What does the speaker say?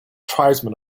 tribesmen